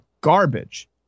garbage